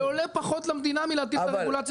זה עולה פחות למדינה מלהטיל את הרגולציה